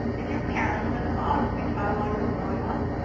if your parents were in the bottom quintile while you were growing up?